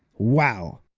wow!